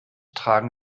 tragen